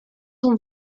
sont